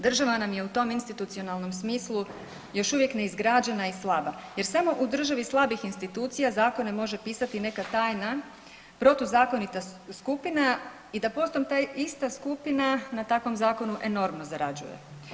Država nam je u tom institucionalnom smislu još uvijek neizgrađena i slaba, jer samo u državi slabih institucija zakone može pisati neka tajna protuzakonita skupina i da potom ta ista skupina na takvom zakonu enormno zarađuje.